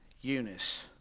Eunice